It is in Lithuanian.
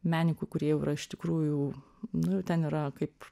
menininkų kurie jau yra iš tikrųjų nu jau ten yra kaip